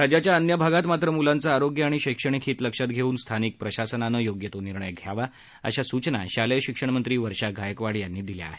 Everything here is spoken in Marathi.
राज्याच्या अन्य भागात मात्र मुलांचं आरोग्य आणि शैक्षणिक हीत लक्षात घेऊन स्थानिक प्रशासनानं योग्य तो निर्णय घ्यावा अशा सूचना शालेय शिक्षणमंत्री वर्षा गायकवाड यांनी दिल्या आहेत